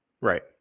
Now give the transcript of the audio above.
Right